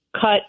cut